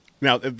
Now